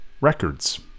Records